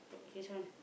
this one